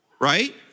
right